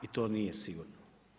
I to nije sigurno.